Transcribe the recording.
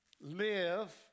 live